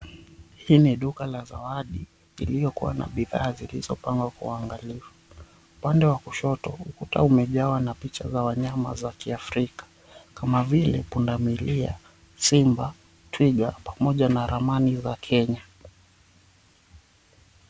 Hii ni duka la zawadi iliyokuwa na bidhaa zilizopangwa kwa uangalifu. Upande wa kushoto ukuta umejaa na picha za wanyama wa Africa kama vile punda milia, simba, twiga pamoja na ramani za Kenya.